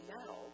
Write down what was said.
now